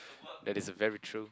that is a very true